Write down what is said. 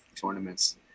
tournaments